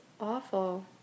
awful